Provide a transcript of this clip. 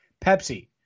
Pepsi